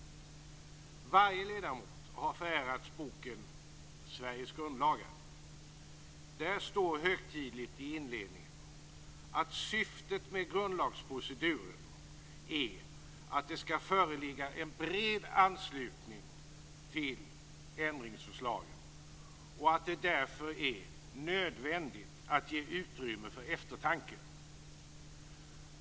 Varje ledamot har förärats boken Sveriges grundlagar. Där står högtidligt i inledningen att syftet med grundlagsproceduren är att det skall föreligga en bred anslutning till ändringsförslagen och att det därför är "nödvändigt att ge utrymme för eftertanke".